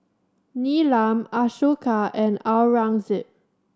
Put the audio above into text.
Neelam Ashoka and Aurangzeb